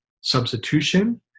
substitution